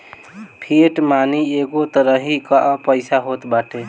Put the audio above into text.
fiat money एगो तरही कअ पईसा होत बाटे